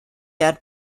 had